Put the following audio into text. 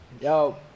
yo